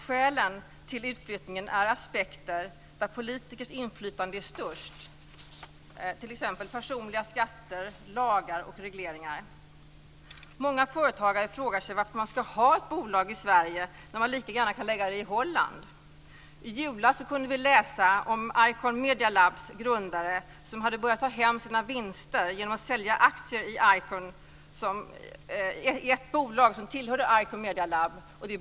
Skälen till utflyttningen är aspekter där politikers inflytande är störst, t.ex. personliga skatter, lagar och regleringar. Många företagare frågar sig varför man ska ha ett bolag i Sverige när man lika gärna kan placera det i Holland. I julas kunde vi läsa om Icon Medialabs grundare som har börjat att ta hem sina vinster genom att sälja aktier i ett bolag som tillhör Icon Medialab.